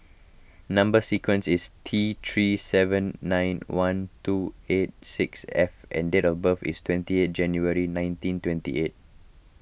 Number Sequence is T three seven nine one two eight six F and date of birth is twenty eight January nineteen twenty eight